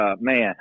man